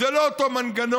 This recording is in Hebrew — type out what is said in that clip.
זה לא אותו מנגנון,